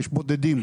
יש בודדים,